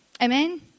Amen